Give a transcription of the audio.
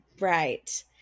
Right